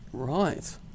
Right